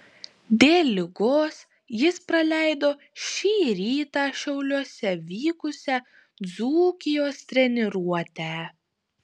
dėl ligos jis praleido šį rytą šiauliuose vykusią dzūkijos treniruotę